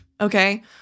Okay